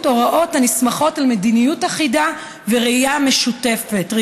הוראות הנסמכות על מדיניות אחידה וראייה משותפת,